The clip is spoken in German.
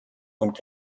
und